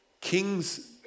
Kings